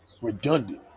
redundant